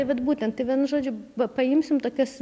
tai vat būtent tai vienu žodžiu va paimsim tokias